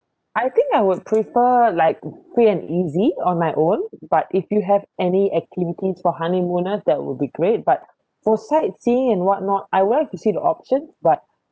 I think I would prefer like free and easy on my own but if you have any activities for honeymooners that will be great but for sightseeing and what not I would like to see the options but